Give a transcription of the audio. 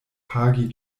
pagi